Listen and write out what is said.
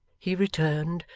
he returned,